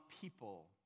people